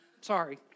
Sorry